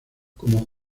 como